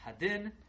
Hadin